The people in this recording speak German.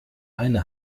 eine